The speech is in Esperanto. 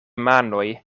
manoj